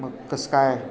मग कसं काय